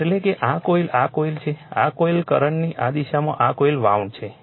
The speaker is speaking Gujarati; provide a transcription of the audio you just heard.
એટલે આ કોઇલ આ કોઇલ છે આ કોઇલ કરંટની આ દિશામાં આ કોઇલ વાઉન્ડ છે